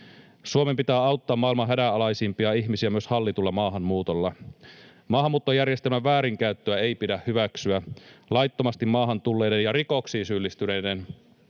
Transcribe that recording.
Suomen pitää auttaa maailman hädänalaisimpia ihmisiä myös hallitulla maahanmuutolla. Maahanmuuttojärjestelmän väärinkäyttöä ei pidä hyväksyä: laittomasti maahan tulleiden ja rikoksiin syyllistyneiden